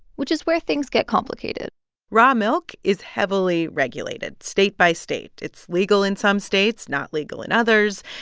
which is where things get complicated raw milk is heavily regulated state by state. it's legal in some states, not legal in others.